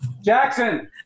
Jackson